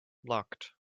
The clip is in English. blocked